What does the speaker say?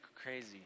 crazy